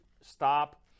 stop